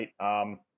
right